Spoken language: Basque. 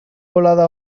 bolada